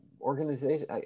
organization